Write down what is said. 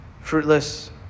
fruitless